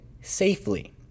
safely